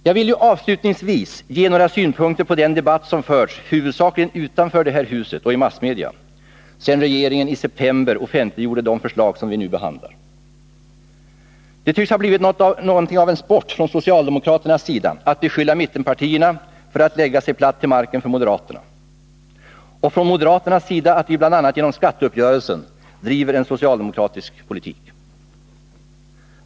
Jag skall avslutningsvis ge några synpunkter på den debatt som huvudsakligen förts utanför detta hus och i massmedia, sedan regeringen i september offentliggjorde de förslag vi nu behandlar. Det tycks ha blivit något av en sport från socialdemokraternas sida att beskylla mittenpartierna för att lägga sig platt till marken för moderaterna, och från moderaternas sida för att vi bl.a. genom skatteuppgörelsen driver en socialdemokratisk politik.